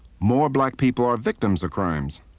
more black people are victims of crimes.